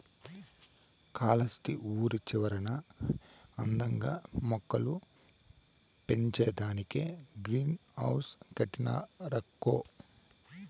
కాలస్త్రి ఊరి చివరన అందంగా మొక్కలు పెంచేదానికే గ్రీన్ హౌస్ కట్టినారక్కో